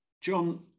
John